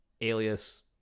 Alias